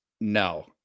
No